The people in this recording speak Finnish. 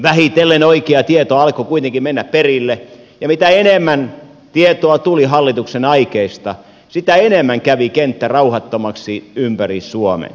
vähitellen oikea tieto alkoi kuitenkin mennä perille ja mitä enemmän tietoa tuli hallituksen aikeista sitä enemmän kävi kenttä rauhattomaksi ympäri suomen